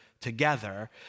together